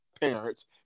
parents